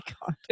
God